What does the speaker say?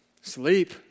Sleep